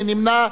מי נמנע?